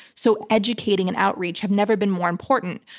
so educating and outreach have never been more important.